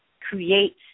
create